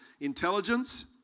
Intelligence